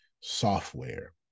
software